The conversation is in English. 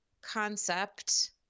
concept